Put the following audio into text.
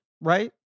right